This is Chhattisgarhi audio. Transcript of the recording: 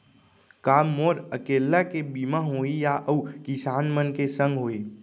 का मोर अकेल्ला के बीमा होही या अऊ किसान मन के संग होही?